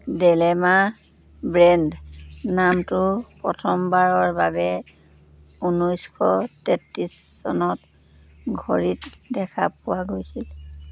ডেলেমা brand নামটো প্ৰথমবাৰৰ বাবে ঊনৈছশ তেত্ৰিছ চনত ঘড়ীত দেখা পোৱা গৈছিল